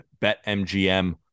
BetMGM